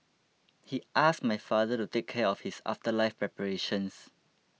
he asked my father to take care of his afterlife preparations